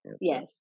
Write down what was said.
Yes